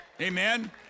Amen